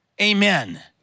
amen